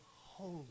holy